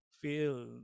feel